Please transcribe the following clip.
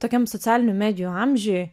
tokiam socialinių medijų amžiuj